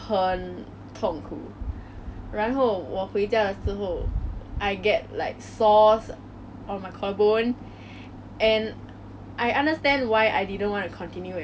我学了一个新的 instrument 这是一个长号 which is a trombone and from then I was being forced to play it